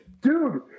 Dude